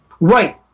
Right